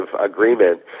agreement